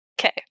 Okay